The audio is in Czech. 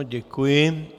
Děkuji.